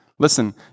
Listen